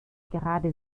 gerade